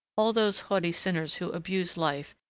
all those haughty sinners who abuse life,